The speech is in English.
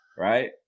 Right